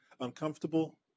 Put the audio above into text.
uncomfortable